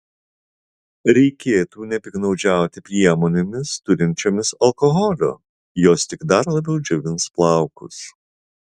reikėtų nepiktnaudžiauti priemonėmis turinčiomis alkoholio jos tik dar labiau džiovins plaukus